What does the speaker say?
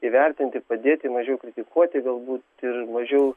įvertinti padėti mažiau kritikuoti galbūt ir mažiau